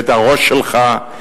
ואת הראש שלך,